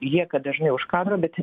lieka dažnai už kadro bet